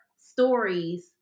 stories